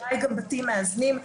גם בתים מאזנים,